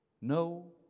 No